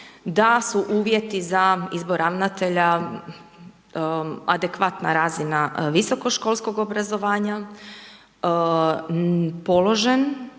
da su uvjeti za izbor ravnatelja adekvatna razina visokoškolskog obrazovanja, položen